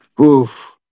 Oof